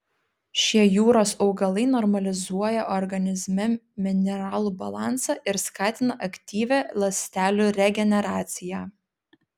šie jūros augalai normalizuoja organizme mineralų balansą ir skatina aktyvią ląstelių regeneraciją